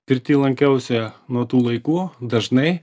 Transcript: pirty lankiausi nuo tų laikų dažnai